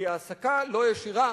כי העסקה לא ישירה